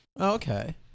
Okay